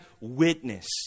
witness